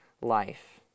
life